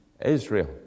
Israel